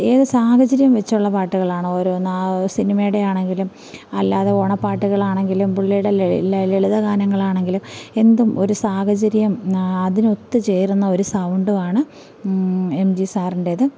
ഏത് സാഹചര്യം വെച്ചുള്ള പാട്ടുകളാണ് ഓരോന്ന് ആ സിനിമയുടെ ആണെങ്കിലും അല്ലാതെ ഓണപ്പാട്ടുകൾ ആണെങ്കിലും പുള്ളിയുടെ ലളിതഗാനങ്ങൾ ആണെങ്കിലും എന്തും ഒരു സാഹചര്യം അതിനൊത്തു ചേരുന്ന ഒരു സൗണ്ടും ആണ് എം ജി സാറിൻ്റേത്